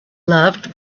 loved